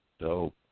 Dope